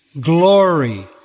glory